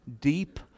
deep